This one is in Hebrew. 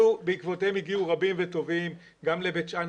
בעקבותיהם הגיעו רבים וטובים גם לבית שאן